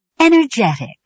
Energetic